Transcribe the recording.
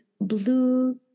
blue